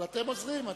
אבל אתם עוזרים.